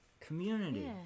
community